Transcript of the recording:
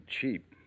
cheap